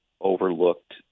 overlooked